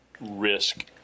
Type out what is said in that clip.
risk